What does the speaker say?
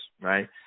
right